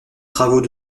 travaux